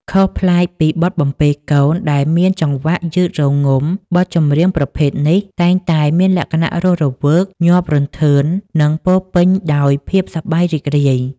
ខុសប្លែកពីបទបំពេកូនដែលមានចង្វាក់យឺតរងំ បទចម្រៀងប្រភេទនេះតែងតែមានលក្ខណៈរស់រវើក ញាប់រន្ថើន និងពោរពេញដោយភាពសប្បាយរីករាយ